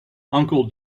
uncle